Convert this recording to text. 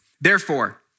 Therefore